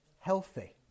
healthy